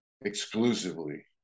exclusively